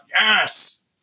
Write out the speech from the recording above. yes